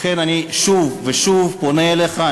לכן אני שוב ושוב פונה אליך.